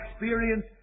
experience